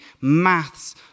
maths